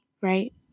right